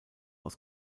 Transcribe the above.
aus